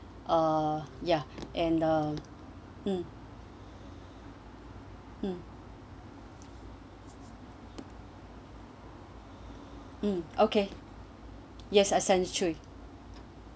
uh ya and the mm mm mm okay yes I send it to